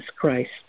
Christ